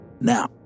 Now